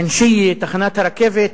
מנשייה, תחנת הרכבת,